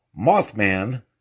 Mothman